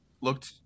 looked